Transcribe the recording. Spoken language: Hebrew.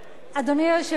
אדוני היושב-ראש,